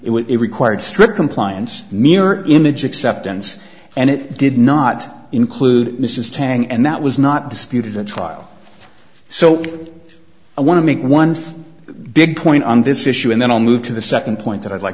demand it required strict compliance mirror image acceptance and it did not include mrs tang and that was not disputed at trial so i want to make one thing big point on this issue and then i'll move to the second point that i'd like